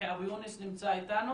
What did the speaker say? פתחי אבו יונס נמצא איתנו?